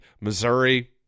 Missouri